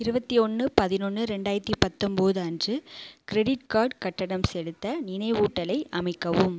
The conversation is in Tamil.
இருபத்தி ஒன்று பதினொன்று ரெண்டாயிரத்து பத்தொம்போது அன்று கிரெடிட் கார்டு கட்டணம் செலுத்த நினைவூட்டலை அமைக்கவும்